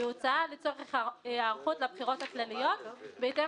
בהוצאה לצורך היערכות לבחירות הכלליות בהתאם